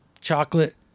Chocolate